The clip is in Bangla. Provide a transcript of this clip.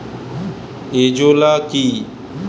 এজোলা কি?